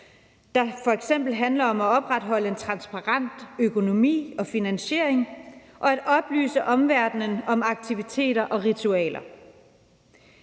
der f.eks. handler om at opretholde en transparent økonomi og finansiering og at oplyse omverdenen om aktiviteter og ritualer.